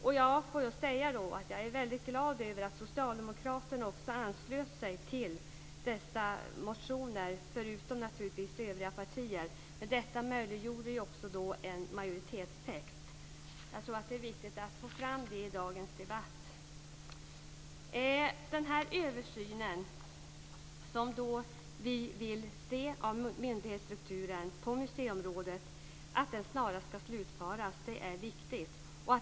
Och jag vill säga att jag är mycket glad över att också socialdemokraterna, förutom övriga partier, anslöt sig till dessa motioner. Men detta möjliggjorde ju också en majoritetstext. Jag tror att det är viktigt att föra fram det i dagens debatt. Vi vill att den översyn av myndighetsstrukturen på museiområdet som vi vill se snarast ska slutföras. Det är viktigt.